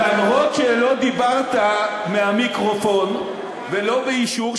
למרות שלא דיברת מהמיקרופון ולא באישור,